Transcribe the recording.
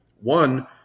One